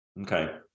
Okay